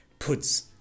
puts